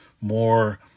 more